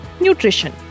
nutrition